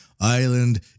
island